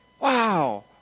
wow